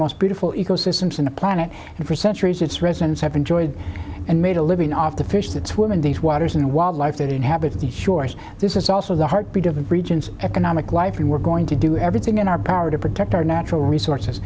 most beautiful ecosystems on the planet and for centuries its residents have enjoyed and made a living off the fish that's woman these waters and wildlife that inhabit the shores this is also the heartbeat of the region's economic life and we're going to do everything in our power to protect our natural resources